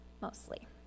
mostly